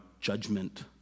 judgment